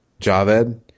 Javed